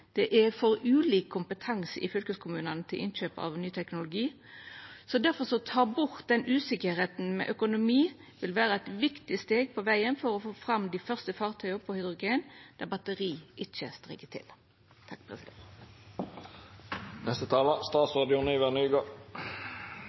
Det er for ulik kompetanse i fylkeskommunane til innkjøp av ny teknologi, så difor vil det å ta bort den usikkerheita som gjeld økonomi, vera eit viktig steg på vegen for å få fram dei første fartøya på hydrogen der batteri ikkje strekkjer til.